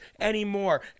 anymore